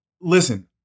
Listen